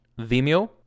Vimeo